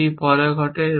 এটি পরে ঘটে